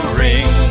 ring